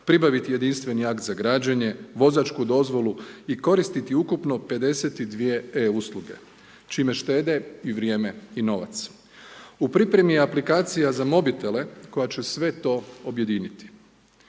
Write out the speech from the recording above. pribaviti jedinstveni akt za građenje, vozačku dozvolu i koristiti ukupno 52 e usluge čime štede i vrijeme i novac. U pripremi je aplikacija za mobitele koja će sve to objediniti.